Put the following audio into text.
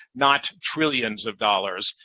not trillions of dollars,